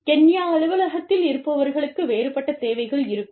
Kenya அலுவலகத்தில் இருப்பவர்களுக்கு வேறுபட்ட தேவைகள் இருக்கும்